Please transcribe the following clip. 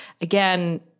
again